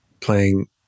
playing